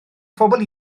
phobl